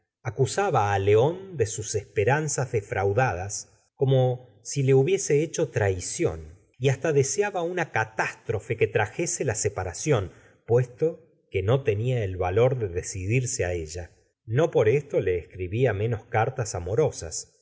á león de sus esperanzas defraudadas como si la hubiese hecho traición y hasta deseaba un a catástrofe que traje e la separación puesto que no tenia el valor de decidirse á ella no por esto le escribía menos cartas amorosas